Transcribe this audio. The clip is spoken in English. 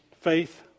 Faith